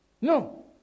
No